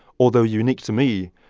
although unique to me,